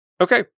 Okay